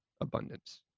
abundance